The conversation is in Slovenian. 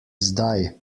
zdaj